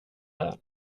där